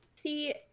See